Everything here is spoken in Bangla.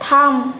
থাম